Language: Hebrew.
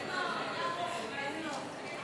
מצד אחד אנחנו נדרשים לחמלה,